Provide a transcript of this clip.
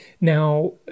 Now